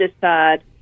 decide